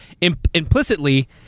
implicitly